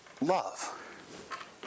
love